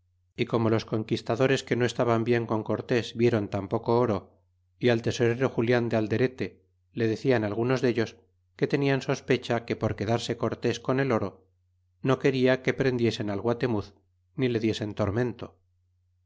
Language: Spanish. y como los conquistadores que no estaban bien con cortés vieron tan poco oro y al tesorero julian de alderete le decian algunos dellos que tenian sospecha que por quedarse cortés con el oro no queria que prendiesen al guatemuz ni le diesen